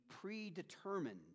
predetermined